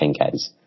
10Ks